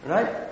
Right